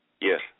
Yes